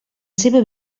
seva